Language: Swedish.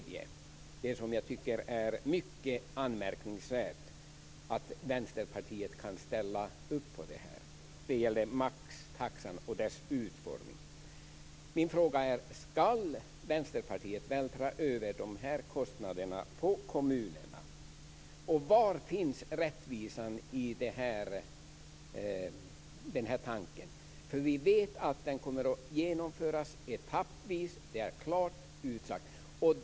Det är mycket anmärkningsvärt att Vänsterpartiet kan ställa upp på maxtaxan och dess utformning. Skall Vänsterpartiet vältra över de här kostnaderna på kommunerna? Var finns rättvisan i den här tanken? Vi vet att den kommer att genomföras etappvis. Det är klart utsagt.